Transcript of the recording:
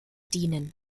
dienen